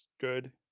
good